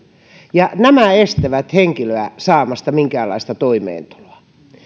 ja tämä estää henkilöä saamasta minkäänlaista toimeentuloa